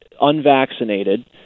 unvaccinated